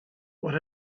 what